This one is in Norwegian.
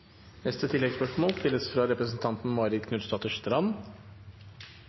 Marit Knutsdatter Strand